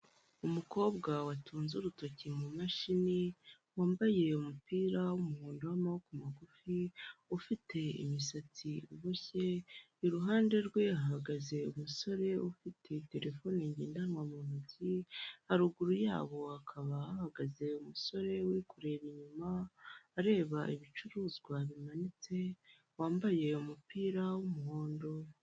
Umukobwa watunze urutoki mu mashini, wambaye umupira wumuhondo w'amaboko magufi ,ufite imisatsi iboshye ,iruhande rwe ahagaze umusore ufite terefone ngendanwa mu ntoki, haruguru yabo akaba ahagaze umusore uri kureba inyuma ,areba ibicuruzwa bimanitse ,wambaye umupira w'umuhondo.